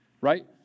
right